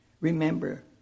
remember